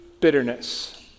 Bitterness